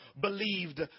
believed